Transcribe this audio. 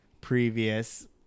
previous